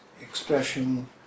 expression